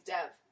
Dev